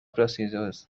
procedures